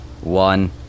One